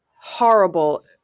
horrible